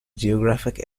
geographic